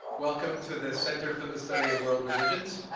welcome to the center for the study of world religions.